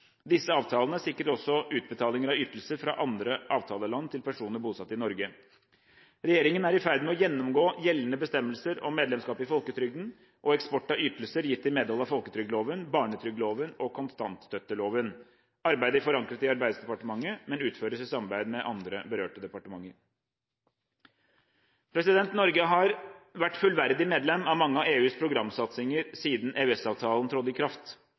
Disse avtalene sikrer også utbetalinger av ytelser fra andre avtaleland til personer bosatt i Norge. Regjeringen er i ferd med å gjennomgå gjeldende bestemmelser om medlemskap i folketrygden og eksport av ytelser gitt i medhold av folketrygdloven, barnetrygdloven og kontantstøtteloven. Arbeidet er forankret i Arbeidsdepartementet, men utføres i samarbeid med andre berørte departementer. Norge har vært fullverdig medlem av mange av EUs programsatsinger siden EØS-avtalen trådte i kraft.